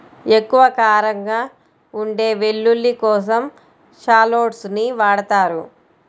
ఎక్కువ కారంగా ఉండే వెల్లుల్లి కోసం షాలోట్స్ ని వాడతారు